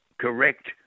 correct